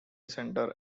center